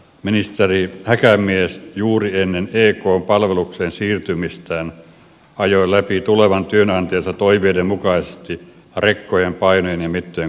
ministeri häkämies juuri ennen ekn palvelukseen siirtymistään ajoi läpi tulevan työnantajansa toiveiden mukaisesti rekkojen painojen ja mittojen korotukset